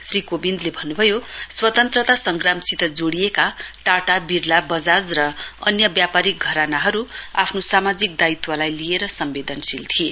श्री कोविन्दले भन्नुभयो स्वतन्त्रता संग्रामसित जोड़िएका टाटा विरला वजाज र अन्य व्यापारिक घरानाहरु आफ्नो सामाजिक दायित्वलाई लिएर सम्वोदनशील थिए